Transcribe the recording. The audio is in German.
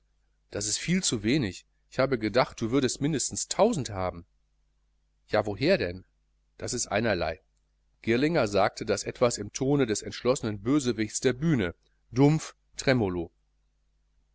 das ist viel zu wenig ich habe gedacht du würdest mindestens tausend haben ja woher denn das ist einerlei girlinger sagte das etwas im tone des entschlossenen bösewichts der bühne dumpf tremolo